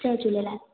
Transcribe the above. Jay Jhulelal